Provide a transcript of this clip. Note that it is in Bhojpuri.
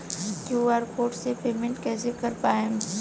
क्यू.आर कोड से पेमेंट कईसे कर पाएम?